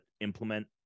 implement